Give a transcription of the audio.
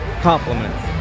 compliments